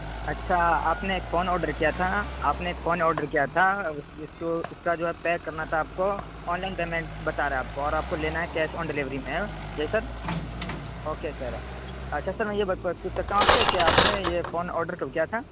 اچھا آپ نے ایک فون آرڈر کیا تھا آپ نے ایک فون آرڈر کیا تھا اس کا جو پے کرنا تھا آپ کو آن لائن پیمنٹ بتا رہا ہے اور آپ کو لینا ہے کیش آن ڈلیوری میں جی سر اوکے سر اچھا سر میں یہ پوچھ سکتا ہوں آپ سے کہ آپ نے یہ فون آرڈر کب کیا تھا